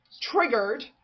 triggered